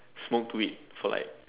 smoked weed for like